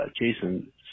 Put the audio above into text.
Jason